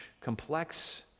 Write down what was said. complex